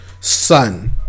sun